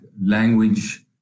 language